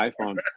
iphone